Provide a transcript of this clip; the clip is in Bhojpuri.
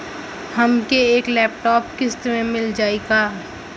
हमके एक लैपटॉप किस्त मे मिल जाई का?